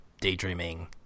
daydreaming